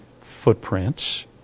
footprints